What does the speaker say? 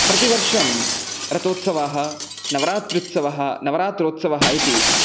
प्रतिवर्षं रतोत्सवाः नवरात्र्युत्सवः नवरात्रोत्सवः इति